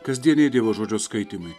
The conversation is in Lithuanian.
kasdieniai dievo žodžio skaitymai